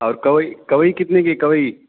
और कवई कवई कितने की है कवई